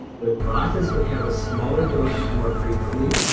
the vatas would have a smaller dosage more frequently.